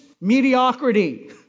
mediocrity